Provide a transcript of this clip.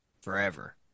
forever